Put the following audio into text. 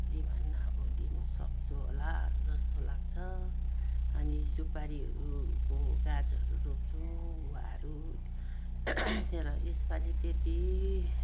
demand अब दिनसक्छु होला जस्तो लाग्छ अनि सुपारीहरूको गाछहरू रोप्छौँ गुवाहरू तर यस पालि त्यत्ति